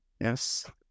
Yes